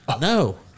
No